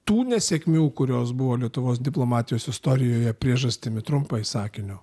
tų nesėkmių kurios buvo lietuvos diplomatijos istorijoje priežastimi trumpai sakiniu